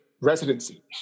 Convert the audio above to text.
residency